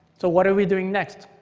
so what are we doing next?